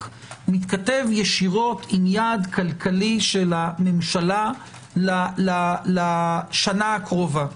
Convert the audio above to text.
מתכתב ישירות עם יעד כלכלי של הממשלה לשנה הקרובה,